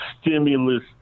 stimulus